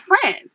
friends